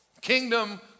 kingdom